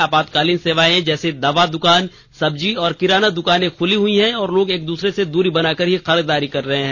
आपातकालीन सेवाएं जैसे दवा दुकान सब्जी और किराना दुकानें खुली हुई हैं और लोग एक दूसरे से दूरी बनाकर खरीदारी कर रहे हैं